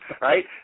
right